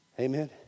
amen